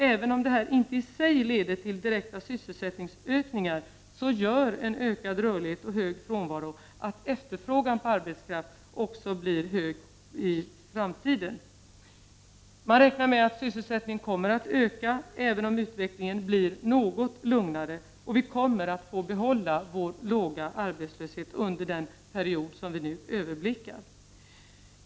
Även om detta i sig inte leder till direkta sysselsättningsökningar, gör en ökad rörlighet och hög frånvaro att efterfrågan på arbetskraft också blir hög i framtiden. Man räknar med att sysselsättningen kommer att öka, även om utvecklingen blir något lugnare, och vi kommer att få behålla vår låga arbetslöshet under den period som vi nu överblickar.